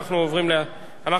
אנחנו עוברים להצבעה.